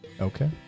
okay